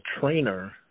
trainer